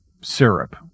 syrup